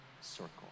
circle